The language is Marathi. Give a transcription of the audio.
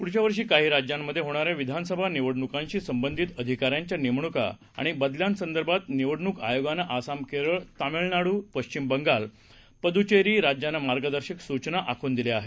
पुढच्या वर्षी काही राज्यांमध्ये होणाऱ्या विधानसभा निवडणुकांशी संबंधित अधिकाऱ्यांच्या नेमणूका आणि बदल्यांसंदर्भात निवडणूक आयोगानं आसाम केरळ तामिळनाडू पश्विम बंगाल आणि पुद्देचेरी राज्यांना मार्गदर्शक सूचना आखून दिल्या आहेत